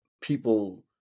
people